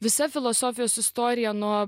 visa filosofijos istorija nuo